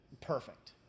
Perfect